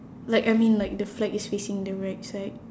like I mean like the flag is facing the right side